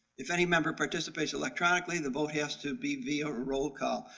if any member participates electronically, the vote has to be via roll call.